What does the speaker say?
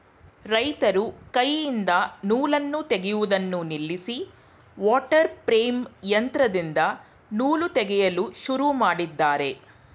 ರೈತರು ಕೈಯಿಂದ ನೂಲನ್ನು ತೆಗೆಯುವುದನ್ನು ನಿಲ್ಲಿಸಿ ವಾಟರ್ ಪ್ರೇಮ್ ಯಂತ್ರದಿಂದ ನೂಲು ತೆಗೆಯಲು ಶುರು ಮಾಡಿದ್ದಾರೆ